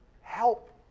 help